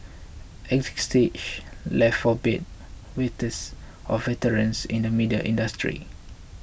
exit stage left for bed wetters or veterans in the media industry